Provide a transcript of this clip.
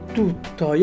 tutto